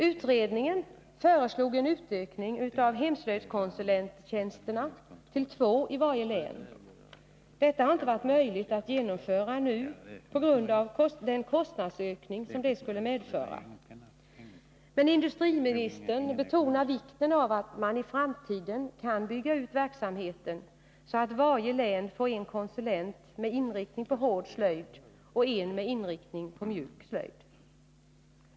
Utredningen föreslog en utökning av hemslöjdskonsulenttjänsterna till två i varje län. Detta har inte varit möjligt att genomföra nu på grund av den kostnadsökning som det skulle medföra. Men industriministern betonar vikten av att man i framtiden kan bygga ut verksamheten, så att varje län får en konsulent med inriktning på hård slöjd och en konsulent med inriktning på mjuk slöjd.